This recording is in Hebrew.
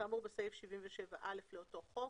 כאמור בסעיף 77(א) לאותו חוק,